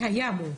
היה אמור.